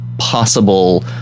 possible